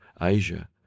Asia